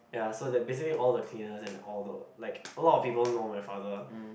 ya so they're basically all the cleaners and all the like a lot of people know my father